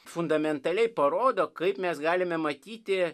fundamentaliai parodo kaip mes galime matyti